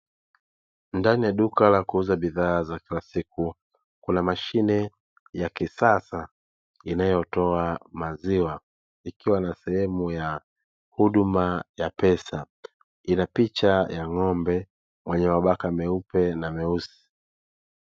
Ndani ya duka la kuuza bidhaa za kila siku kuna mashine ya kisasa inayotoa maziwa ikiwa na sehemu ya huduma ya pesa, ina picha ya ng'ombe mwenye mabaka meupe na meusi.